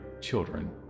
children